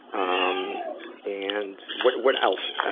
um and, what, what else, ah,